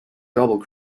double